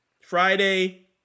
Friday